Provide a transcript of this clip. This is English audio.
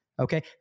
Okay